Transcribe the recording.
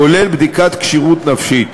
כולל בדיקת כשירות נפשית,